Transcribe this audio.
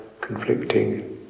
conflicting